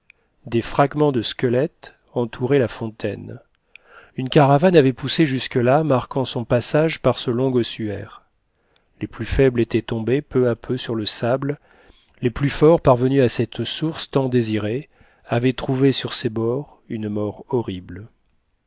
des fragments de squelettes entouraient la fontaine une caravane avait poussé jusque-là marquant son passage par ce long ossuaire les plus faibles étaient tombés peu à peu sur le sable les plus forts parvenus à cette source tant désirée avaient trouvé sur ses bords une mort horrible